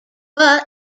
but